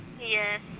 Yes